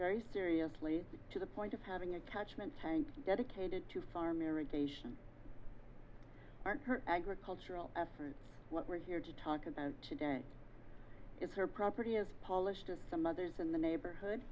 very seriously to the point of having a catchment tank dedicated to farm irrigation aren't her agricultural efforts what we're here to talk of today is her property as polished as some others in the neighborhood